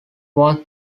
worth